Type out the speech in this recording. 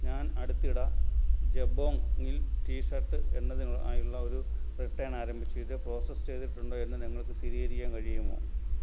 ഞാൻ അടുത്തിടെ ജബോംങ്ങിൽ ടി ഷർട്ട് എന്നതിനായുള്ള ഒരു റിട്ടേൺ ആരംഭിച്ചു ഇത് പ്രോസസ്സ് ചെയ്തിട്ടുണ്ടോ എന്ന് നിങ്ങൾക്ക് സ്ഥിരീകരിക്കാൻ കഴിയുമോ